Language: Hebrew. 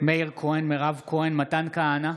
מאיר כהן, מירב כהן, מתן כהנא,